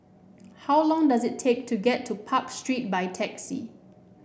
how long does it take to get to Park Street by taxi